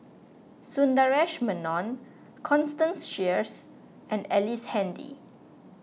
Sundaresh Menon Constance Sheares and Ellice Handy